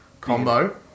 combo